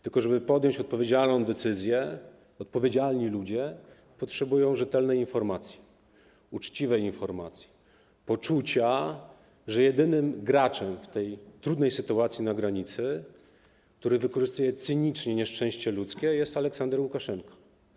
Tylko żeby podjąć odpowiedzialną decyzję, odpowiedzialni ludzie potrzebują rzetelnej informacji, uczciwej informacji, poczucia, że jedynym graczem w tej trudnej sytuacji na granicy, który wykorzystuje cynicznie nieszczęście ludzkie, jest Aleksander Łukaszenka.